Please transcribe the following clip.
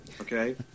Okay